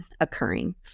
occurring